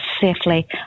safely